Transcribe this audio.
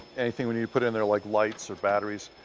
anything we need to put in there, like lights or batteries.